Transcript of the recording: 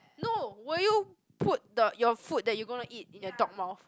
no will you put the your food that you gonna eat in the dog mouth